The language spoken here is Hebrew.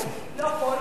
סליחה,